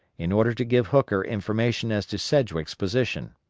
in order to give hooker information as to sedgwick's position.